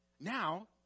Now